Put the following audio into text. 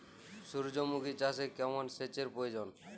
সূর্যমুখি চাষে কেমন সেচের প্রয়োজন?